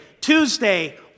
Tuesday